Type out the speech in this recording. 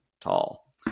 tall